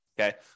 okay